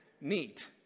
Neat